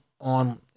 on